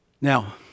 Now